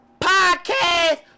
podcast